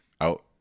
out